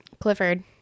Clifford